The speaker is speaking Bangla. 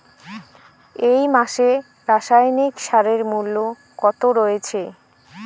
এই মাসে রাসায়নিক সারের মূল্য কত রয়েছে?